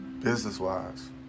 Business-wise